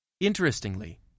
Interestingly